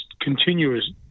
continuous